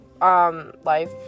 life